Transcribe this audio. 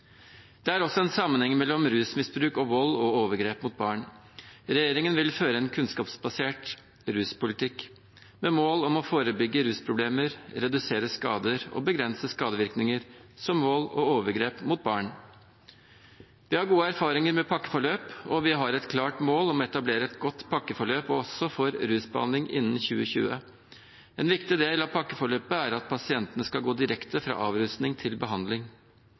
Det er også en sammenheng mellom rusmisbruk og vold og overgrep mot barn. Regjeringen vil føre en kunnskapsbasert ruspolitikk med mål om å forebygge rusproblemer, redusere skader og begrense skadevirkninger som vold og overgrep mot barn. Vi har gode erfaringer med pakkeforløp, og vi har et klart mål om å etablere et godt pakkeforløp også for rusbehandling innen 2020. En viktig del av pakkeforløpet er at pasientene skal gå direkte fra avrusning til behandling.